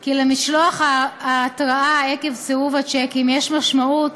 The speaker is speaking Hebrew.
כי למשלוח ההתראה עקב סירוב השיקים יש משמעות